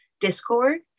discord